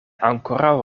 ankoraŭ